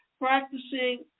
practicing